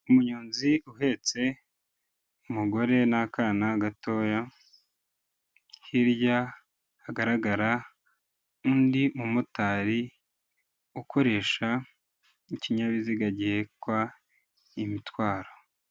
Umunyonzi uhetse umugore n'akana gatoya. Hirya hagaragara undi mumotari ukoresha ikinyabiziga giheka imitwaro.